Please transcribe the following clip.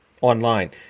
online